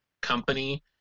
company